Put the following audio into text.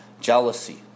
jealousy